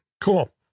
cool